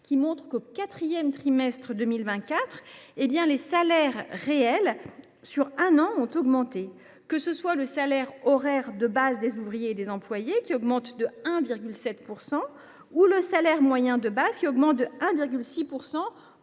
qui montre qu’au quatrième trimestre de 2024 les salaires réels sur un an ont augmenté. Le salaire horaire de base des ouvriers et des employés augmente de 1,7 point, tandis que le salaire moyen de base augmente de 1,6